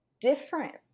different